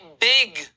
big